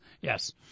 Yes